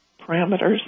parameters